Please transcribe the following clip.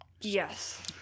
Yes